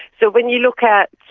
so when you look at,